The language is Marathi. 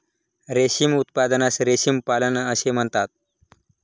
रेशीम उत्पादनास रेशीम पालन असे म्हणतात